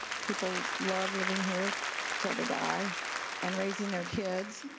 people love living here till they die and raising their kids,